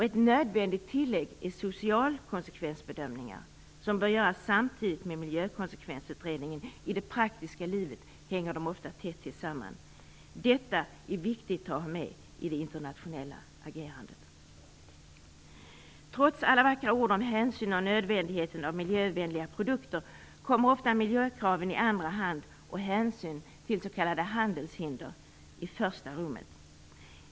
Ett nödvändigt tillägg är socialkonsekvensbedömningar, som bör göras samtidigt med en miljökonsekvensutredning. I det praktiska livet hänger de ofta tätt tillsammans. Detta är viktigt att ha med i det internationella agerandet. Trots alla vackra ord om hänsyn och om nödvändigheten av miljövänliga produkter kommer ofta miljökraven i andra hand och hänsyn till s.k. handelshinder i första rummet.